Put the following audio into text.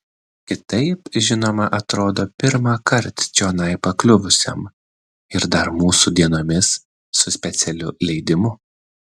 kitaip žinoma atrodo pirmąkart čionai pakliuvusiam ir dar mūsų dienomis su specialiu leidimu